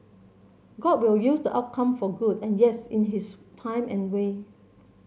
god will use the outcome for good and yes in his time and way